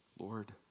Lord